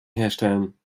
herstellen